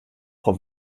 frau